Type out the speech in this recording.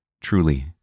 Truly